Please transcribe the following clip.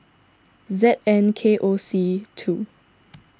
Z N K O C two